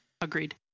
Agreed